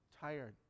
tired